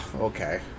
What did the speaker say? Okay